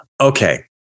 Okay